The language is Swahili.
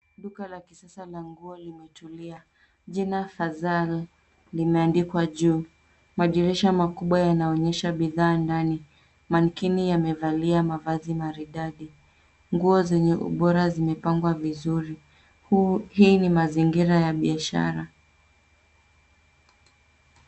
Duka la kisasa la nguo limetulia. Jina HAZAL limeandikwa juu. Madirisha makubwa yanaonyesha bidhaa ndani. Mankini amevalia mavazi maridadi. Nguo zenye ubora zimepangwa vizuri. Hii ni mazingira ya biashara.